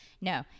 No